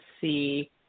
see